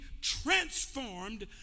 transformed